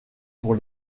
pour